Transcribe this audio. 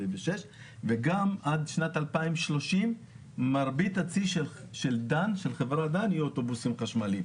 וגם עד שנת 2030 מרבית הצי של חברת דן יהיה אוטובוסים חשמליים,